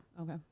Okay